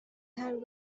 had